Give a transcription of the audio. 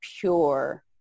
pure